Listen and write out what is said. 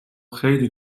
خیلی